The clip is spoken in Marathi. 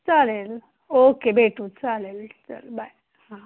चालेल ओके भेटू चालेल चल बाय हा